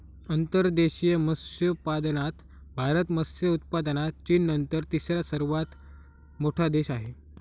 अंतर्देशीय मत्स्योत्पादनात भारत मत्स्य उत्पादनात चीननंतर तिसरा सर्वात मोठा देश आहे